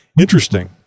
interesting